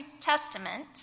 Testament